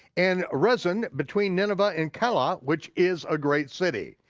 and ah resen between nineveh and calah, which is a great city.